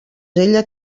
ella